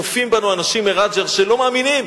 צופים בנו אנשים מרג'ר שלא מאמינים